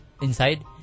inside